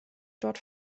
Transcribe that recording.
dort